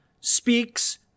speaks